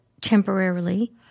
temporarily